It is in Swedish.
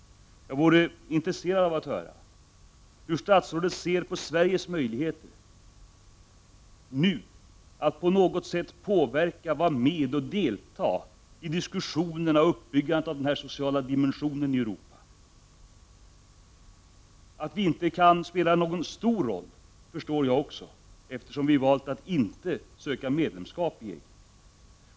Det vore intressant att höra hur statsrådet ser på Sveriges möjligheter att på något sätt delta i och påverka diskussionerna och uppbyggandet av denna sociala dimension i Europa. Att vi inte kan spela någon stor roll förstår jag, eftersom vi har valt att inte söka medlemskap i EG.